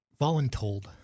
Voluntold